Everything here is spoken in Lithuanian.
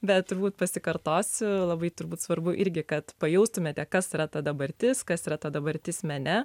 bet turbūt pasikartosiu labai turbūt svarbu irgi kad pajaustumėte kas yra ta dabartis kas yra ta dabartis mene